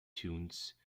tunes